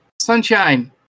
Sunshine